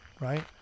right